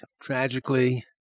Tragically